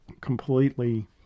completely